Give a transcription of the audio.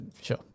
Sure